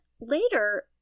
later